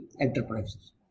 enterprises